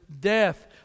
death